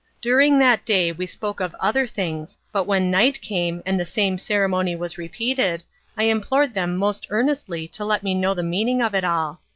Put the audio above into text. during that day we spoke of other things, but when night came, and the same ceremony was repeated, i implored them most earnestly to let me know the meaning of it all.